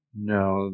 No